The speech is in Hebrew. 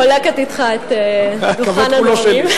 חולקת אתך את דוכן הנואמים.